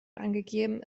angegeben